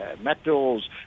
metals